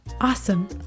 Awesome